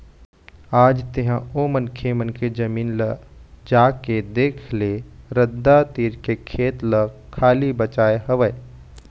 आज तेंहा ओ मनखे मन के जमीन ल जाके देख ले रद्दा तीर के खेत ल खाली बचाय हवय